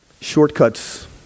Shortcuts